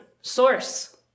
source